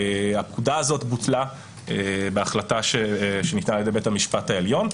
הפקודה הזאת בוטלה בהחלטה שניתנה על ידי בית המשפט העליון,